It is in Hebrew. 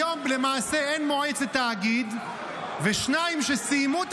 היום למעשה אין מועצת תאגיד ושניים שסיימו את